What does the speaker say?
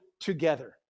together